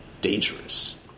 dangerous